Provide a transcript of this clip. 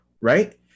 Right